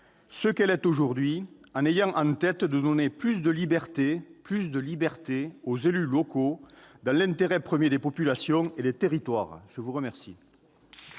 ce qu'elle est aujourd'hui, en ayant en tête de donner plus de liberté aux élus locaux, dans l'intérêt premier des populations et des territoires ! La parole